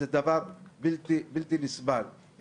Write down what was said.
זה דבר בלתי נסבל.